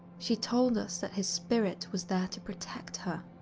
she told us that his spirit was there to protect her,